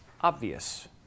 obvious